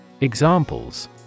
Examples